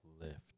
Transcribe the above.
lift